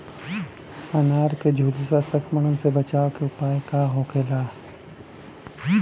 अनार के झुलसा संक्रमण से बचावे के उपाय का होखेला?